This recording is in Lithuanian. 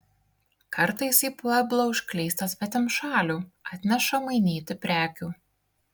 kartais į pueblą užklysta svetimšalių atneša mainyti prekių